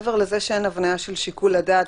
מעבר לזה שאין הבניה של שיקול הדעת,